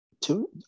two